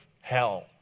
hell